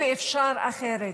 אפשר אחרת.